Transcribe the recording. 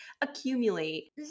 accumulate